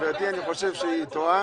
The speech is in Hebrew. גברתי, אני חושב שהיא טועה.